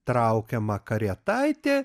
traukiama karietaitė